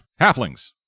halflings